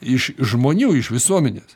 iš žmonių iš visuomenės